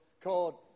called